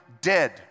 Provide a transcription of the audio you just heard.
dead